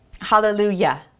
hallelujah